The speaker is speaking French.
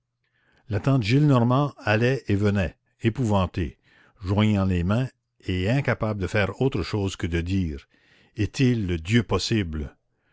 la tante gillenormand allait et venait épouvantée joignant les mains et incapable de faire autre chose que de dire est-il dieu possible